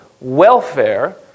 welfare